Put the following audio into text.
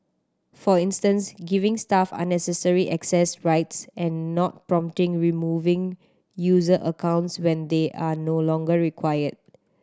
for instance giving staff unnecessary access rights and not promptly removing user accounts when they are no longer required